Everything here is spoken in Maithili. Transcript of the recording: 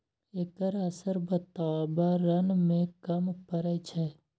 एकर असर बाताबरण में कम परय छै